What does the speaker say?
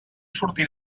sortir